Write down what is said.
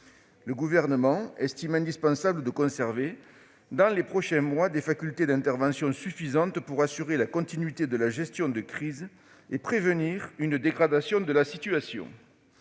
Le Gouvernement estime indispensable de conserver, dans les prochains mois, des facultés d'intervention suffisantes pour assurer la continuité de la gestion de crise et prévenir une dégradation de la situation.